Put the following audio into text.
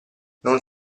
non